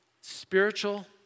Spiritual